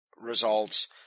results